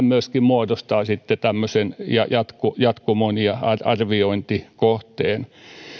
myöskin muodostavat sitten tämmöisen jatkumon jatkumon ja arviointikohteen